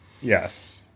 Yes